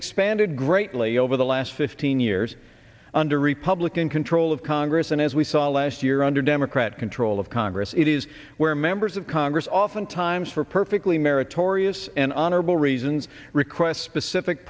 expanded greatly over the last fifteen years under republican control of congress and as we saw last year under democrat control of congress it is where members of congress often times for perfectly meritorious and honorable reasons request specific